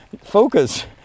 Focus